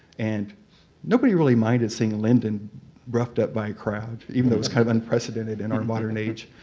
and nobody really minded seeing lyndon roughed up by a crowd, even though it was kind of unprecedented in our modern age.